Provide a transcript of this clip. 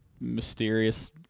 mysterious